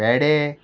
वेडे